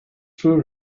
food